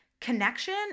connection